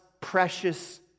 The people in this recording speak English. precious